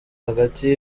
hagati